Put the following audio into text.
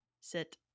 sit